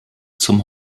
zum